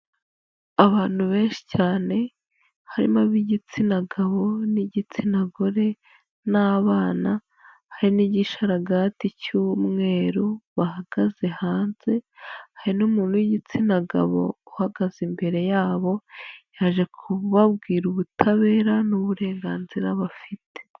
Abantu benshi cyane harimo: ab'igitsina gabo n'igitsina gore n'abana, hari n'igisharagati cy'umweru bahagaze hanze, hari n'umuntu w'igitsina gabo uhagaze imbere yabo, yaje kubabwira ubutabera n'uburenganzira bafite.